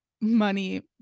money